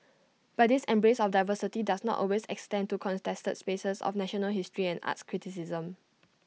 but this embrace of diversity does not always extend to contested spaces of national history and arts criticism